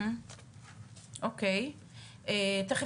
בעצם